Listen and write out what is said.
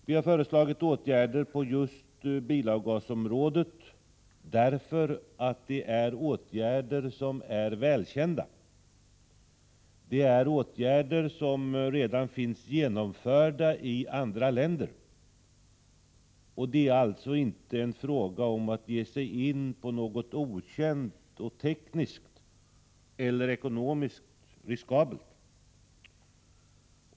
Vi har föreslagit åtgärder på just bilavgasområdet därför att det är åtgärder som är välkända. Det är åtgärder som redan finns genomförda i andra länder. Det är alltså inte en fråga om att ge sig in på något okänt och tekniskt eller ekonomiskt riskabelt.